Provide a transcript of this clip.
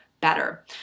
better